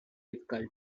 difficult